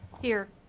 here.